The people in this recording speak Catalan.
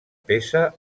peça